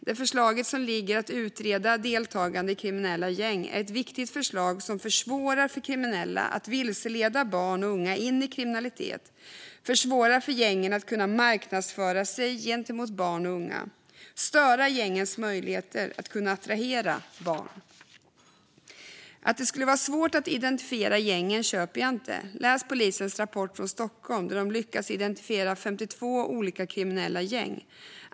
Det föreliggande förslaget om att utreda deltagande i kriminella gäng är ett viktigt förslag som försvårar för kriminella att vilseleda barn och unga in i kriminalitet. Man måste försvåra för gängen att kunna marknadsföra sig gentemot barn och unga och störa gängens möjligheter att attrahera barn och unga. Att det skulle vara svårt att identifiera gängen köper jag inte. Läs polisens rapport från Stockholm, där de har lyckats identifiera 52 olika kriminella gäng.